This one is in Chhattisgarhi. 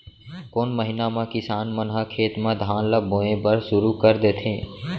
कोन महीना मा किसान मन ह खेत म धान ला बोये बर शुरू कर देथे?